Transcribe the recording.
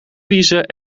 wiezen